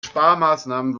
sparmaßnahmen